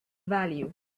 value